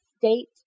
state